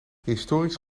historisch